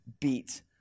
Beat